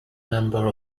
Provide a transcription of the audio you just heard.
member